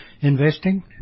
investing